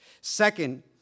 Second